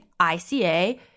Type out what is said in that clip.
ICA